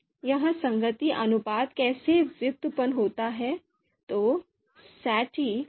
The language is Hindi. यह संगति अनुपात कैसे व्युत्पन्न होता है